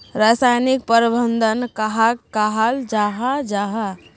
रासायनिक प्रबंधन कहाक कहाल जाहा जाहा?